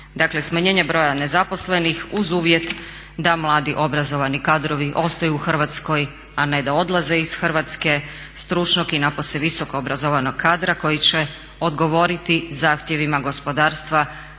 smanjenje broja nezaposlenih uz uvjet da mladi obrazovani kadrovi ostaju u Hrvatskoj, a ne da odlaze iz Hrvatske, stručnog i napose visoko obrazovanog kadra koji će odgovoriti zahtjevima gospodarstva na